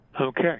Okay